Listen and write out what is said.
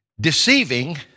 deceiving